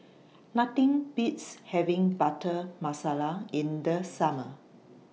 Nothing Beats having Butter Masala in The Summer